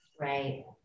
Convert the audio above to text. Right